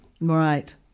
Right